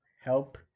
help